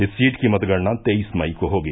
इस सीट की मतगणना तेईस मई को होगी